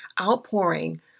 outpouring